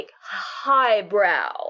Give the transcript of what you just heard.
highbrow